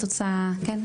את בסדר?